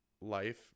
life